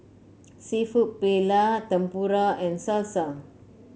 seafood Paella Tempura and Salsa